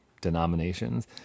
denominations